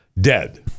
Dead